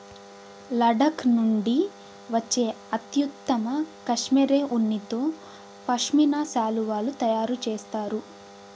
లడఖ్ నుండి వచ్చే అత్యుత్తమ కష్మెరె ఉన్నితో పష్మినా శాలువాలు తయారు చేస్తారు